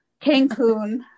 Cancun